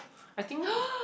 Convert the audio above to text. I think